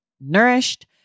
nourished